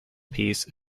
piece